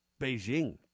Beijing